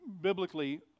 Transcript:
biblically